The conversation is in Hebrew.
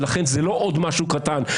ולכן זה לא עוד משהו קטן.